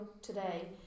today